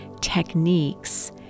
techniques